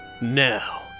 now